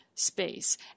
Space